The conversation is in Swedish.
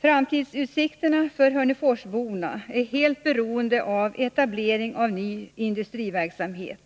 Framtidsutsikterna för hörneforsborna är helt beroende av etablering av ny industriverksamhet.